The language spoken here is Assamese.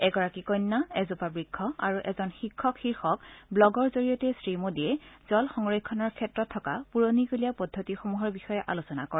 এগৰাকী কন্যা এজোপা বৃক্ষ আৰু এজন শিক্ষক শীৰ্ষক বুগৰ জৰিয়তে শ্ৰী মোদীয়ে জল সংৰক্ষণৰ ক্ষেত্ৰত থকা পুৰণিকলীয়া পদ্ধতিসমূহৰ বিষয়ে আলোচনা কৰে